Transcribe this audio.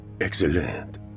Excellent